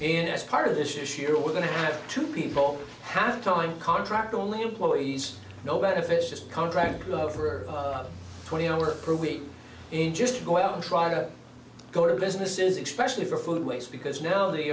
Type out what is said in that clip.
in as part of this year we're going to have to people have time contract only employees no benefits just contract love for twenty hours per week in just go out and try to go to businesses expression for food waste because now the